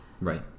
right